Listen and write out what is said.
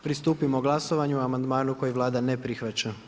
Pristupimo glasovanju o amandmanu koji Vlada ne prihvaća.